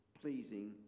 pleasing